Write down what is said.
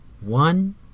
One